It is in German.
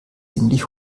ziemlich